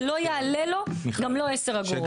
זה לא יעלה לו גם לא 10 אגורות.